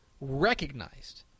recognized